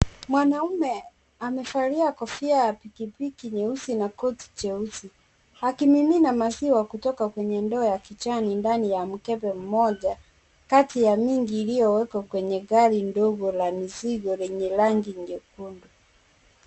Mwanaume amevalia kofia ya pikipiki, na koti jeusi. Akimimina maziwa kutoka kwenye ndoo ya kijani, ndani ya mkebe moja kati ya mingi, iliyowekwa kwenye gari ndogo la mizigo, lenye rangi nyekundu.